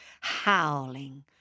howling